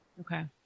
Okay